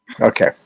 Okay